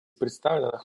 представленных